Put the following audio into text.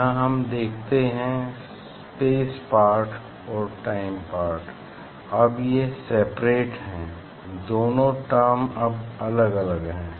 यहाँ हम देखते हैं स्पेस पार्ट और टाइम पार्ट अब ये सेपरेट हैं ये दोनों टर्म अब अलग अलग हैं